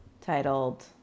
titled